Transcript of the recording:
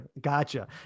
gotcha